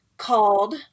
Called